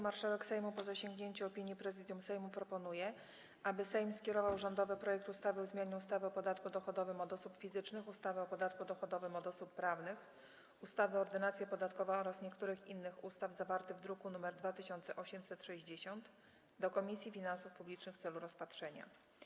Marszałek Sejmu, po zasięgnięciu opinii Prezydium Sejmu, proponuje, aby Sejm skierował rządowy projekt ustawy o zmianie ustawy o podatku dochodowym od osób fizycznych, ustawy o podatku dochodowym od osób prawnych, ustawy Ordynacja podatkowa oraz niektórych innych ustaw, zawarty w druku nr 2860, do Komisji Finansów Publicznych w celu rozpatrzenia.